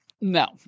No